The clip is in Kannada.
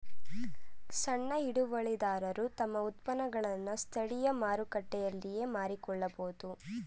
ಸಣ್ಣ ಹಿಡುವಳಿದಾರರು ತಮ್ಮ ಉತ್ಪನ್ನಗಳನ್ನು ಸ್ಥಳೀಯ ಮಾರುಕಟ್ಟೆಯಲ್ಲಿಯೇ ಮಾರಿಕೊಳ್ಳಬೋದು